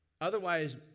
Otherwise